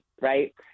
Right